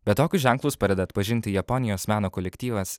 bet tokius ženklus pradeda atpažinti japonijos meno kolektyvas